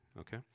okay